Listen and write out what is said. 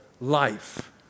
life